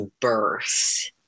birth